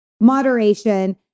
moderation